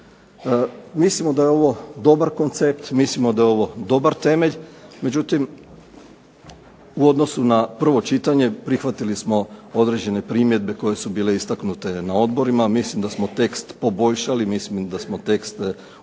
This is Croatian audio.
Mislimo da je ovo dobar koncept, mislimo da je ovo dobar temelj, međutim u odnosu na prvo čitanje prihvatili smo određene primjedbe koje su bile istaknute na odborima. Mislim da smo tekst poboljšali, mislim da smo tekst učinili